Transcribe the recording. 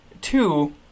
two